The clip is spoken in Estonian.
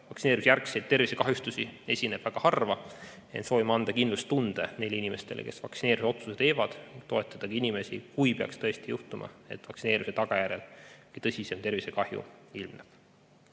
Vaktsineerimisjärgseid tervisekahjustusi esineb väga harva. Ent soovime anda kindlustunde neile inimestele, kes vaktsineerimise otsuse teevad, et toetada inimesi, kui peaks tõesti juhtuma, et vaktsineerimise tagajärjel tõsisem tervisekahju ilmneb.